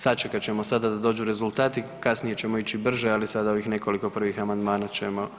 Sačekat ćemo sada da dođu rezultati, kasnije ćemo ići brže, ali sad nekoliko ovih prvih amandmana ćemo